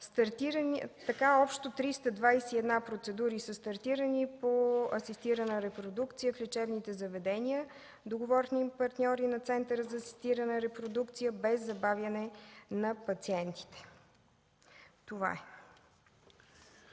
май. Общо 321 процедури са стартирани по асистирана репродукция в лечебните заведения – договорни партньори на Центъра за асистирана репродукция, без забавяне на пациентите. Това е.